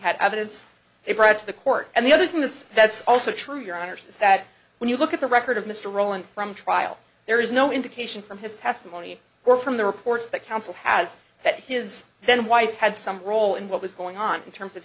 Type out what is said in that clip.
had evidence it brought to the court and the other thing that's that's also true your honor says that when you look at the record of mr rowland from trial there is no indication from his testimony or from the reports that counsel has that his then wife had some role in what was going on in terms of